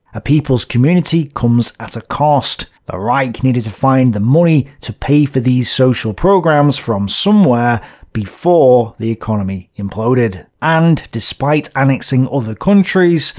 a people's community comes at a cost. the reich needed to find the money to pay for these social programs from somewhere before the economy imploded. and, despite annexing other countries.